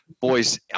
Boys